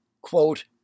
quote